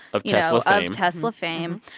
of tesla and tesla fame.